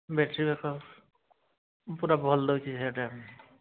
battery backup ପୁରା ଭଲ ଦେଉଛି ସେଇଟା ବି